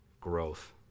growth